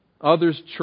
others